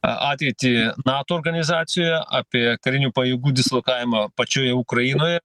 a ateitį nato organizacijoje apie karinių pajėgų dislokavimą pačioje ukrainoje